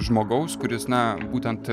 žmogaus kuris na būtent